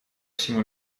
всему